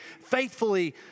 faithfully